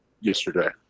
yesterday